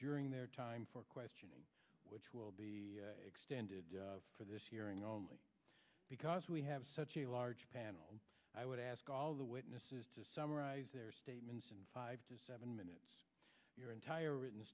during their time for questioning which will be extended for this hearing only because we have such a large panel i would ask all the witnesses to summarize their statements in five to seven minutes your entire written